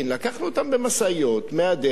לקחנו אותם במשאיות מהדרך,